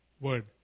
word